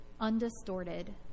undistorted